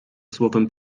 słowem